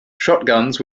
shotguns